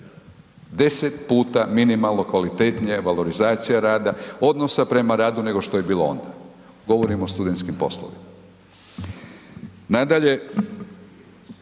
10 puta minimalno kvalitetnija valorizacija odnosa prema radu nego što je bilo onda. Govorim o studentskim poslovima.